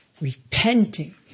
repenting